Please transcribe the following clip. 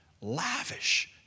lavish